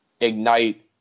ignite